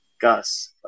Gus